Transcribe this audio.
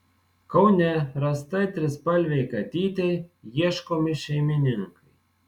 kaune rastai trispalvei katytei ieškomi šeimininkai